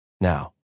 now